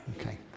Okay